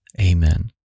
Amen